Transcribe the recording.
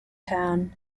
town